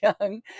young